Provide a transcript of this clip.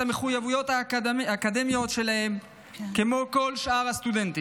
המחויבויות האקדמיות שלהם כמו כל שאר הסטודנטים.